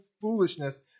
foolishness